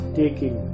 taking